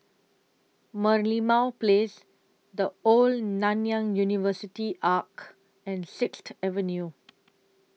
Merlimau Place The Old Nanyang University Arch and Sixth Avenue